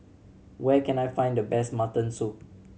where can I find the best mutton soup